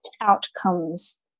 outcomes